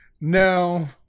No